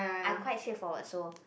I quite straightforward so